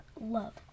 love